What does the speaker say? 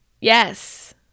Yes